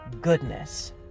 goodness